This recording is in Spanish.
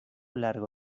largo